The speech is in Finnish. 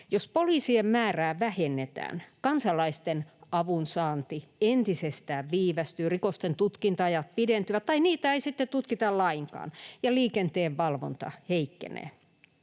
Jos poliisien määrää vähennetään, kansalaisten avunsaanti entisestään viivästyy, rikosten tutkinta-ajat pidentyvät — tai niitä ei sitten tutkita lainkaan — ja liikenteen valvonta heikkenee.